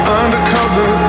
undercover